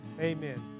amen